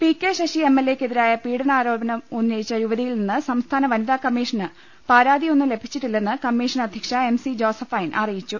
P K Sasi M L A ക്കെതിരെ പീഡനാരോപണം ഉന്നയിച്ച യുവതിയിൽ നിന്ന് സംസ്ഥാന വനിതാ കമ്മീഷന് പരാതി ഒന്നും ലഭിച്ചിട്ടില്ലെന്ന് കമ്മീഷൻ അധ്യക്ഷ എം സി ജോസഫൈൻ അറിയിച്ചു